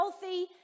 healthy